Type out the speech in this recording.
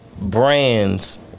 brands